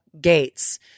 Gates